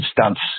stunts